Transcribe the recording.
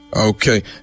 Okay